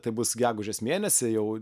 tai bus gegužės mėnesį jau